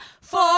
Four